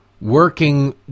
working